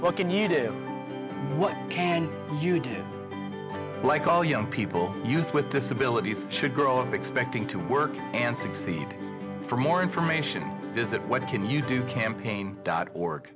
well can you do what can you do like all young people youth with disabilities should grow and expecting to work and succeed for more information visit what can you do campaign dot org